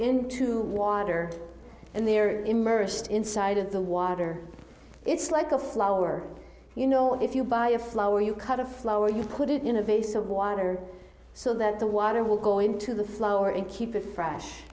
the water and they are immersed inside of the water it's like a flower you know if you buy a flower you cut a flower you put it in a vase of water so that the water will go into the flower and keep it fresh